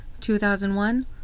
2001